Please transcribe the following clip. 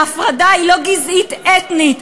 וההפרדה היא לא גזעית-אתנית,